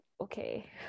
okay